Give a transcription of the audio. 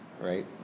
right